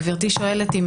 גברתי שואלת,